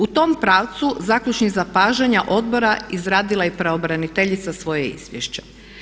U tom pravcu zaključnik zapažanja Odbora izradila je pravobraniteljica svoje izvješće.